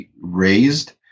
raised